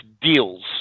deals